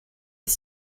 les